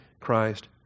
Christ